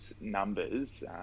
numbers